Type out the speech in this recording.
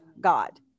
God